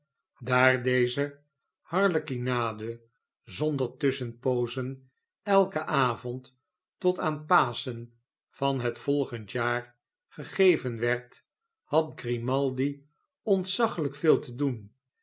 daar deze harlekinade zonder tusschenpoozen elken avond tot aan paschen van het volgende jaar gegeven werd had grimaldi ontzaglijk veel te doen